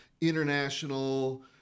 international